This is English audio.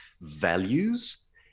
values